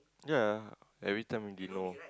ya everytime you didn't know